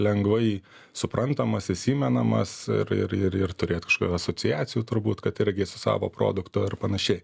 lengvai suprantamas įsimenamas ir ir ir turėt asociacijų turbūt kad irgi su savo produktu ir panašiai